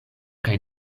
kaj